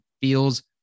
feels